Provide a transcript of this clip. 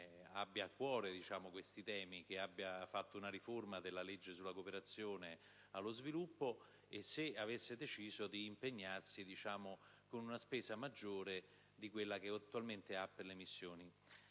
avesse a cuore questi temi, avesse fatto una riforma della legge sulla cooperazione allo sviluppo e avesse deciso di impegnarsi con una spesa maggiore di quella attualmente prevista per le missioni.